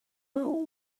about